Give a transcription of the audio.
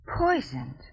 Poisoned